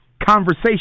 conversation